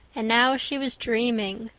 and now she was dreaming,